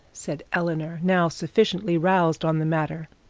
said eleanor, now sufficiently roused on the matter.